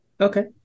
Okay